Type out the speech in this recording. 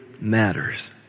matters